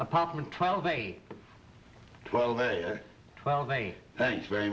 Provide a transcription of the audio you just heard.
apartment twelve eight twelve twelve eight thanks very